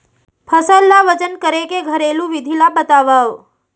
फसल ला वजन करे के घरेलू विधि ला बतावव?